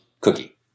Cookie